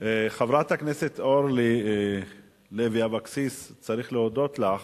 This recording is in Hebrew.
חברת הכנסת אורלי לוי אבקסיס, צריך להודות לך